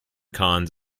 cons